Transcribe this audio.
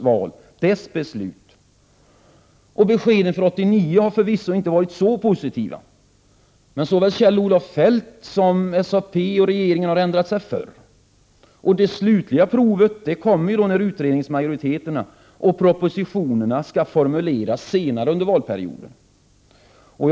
Beskeden för 1989 har förvisso inte varit så positiva, men såväl Kjell-Olof Feldt som SAP och regeringen har ändrat sig förr, och det slutliga provet kommer senare under valperioden när utredningsmajoriteterna skall formeras och propositionerna formuleras.